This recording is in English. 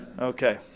Okay